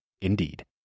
Indeed